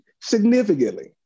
significantly